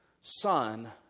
son